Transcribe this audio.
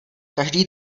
každý